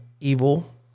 evil